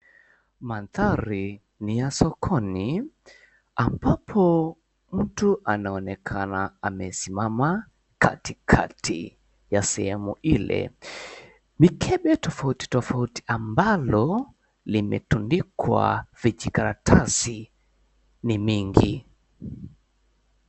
Mandhari ni ya sokoni ambapo mtu anaonekana amesimama katikati ya sehemu ile. Mikebe tofauti tofauti ambalo limetundikwa vijikaratasi ni mingi.